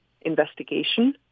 investigation